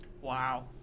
Wow